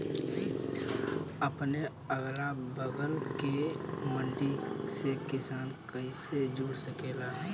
अपने अगला बगल के मंडी से किसान कइसे जुड़ सकेला?